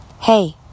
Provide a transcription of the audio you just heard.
Hey